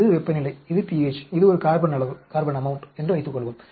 இது வெப்பநிலை இது pH இது ஒரு கார்பன் அளவு என்று வைத்துக்கொள்வோம்